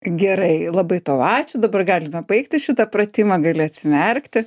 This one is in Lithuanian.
gerai labai tau ačiū dabar galime baigti šitą pratimą gali atsimerkti